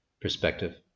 perspective